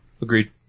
Agreed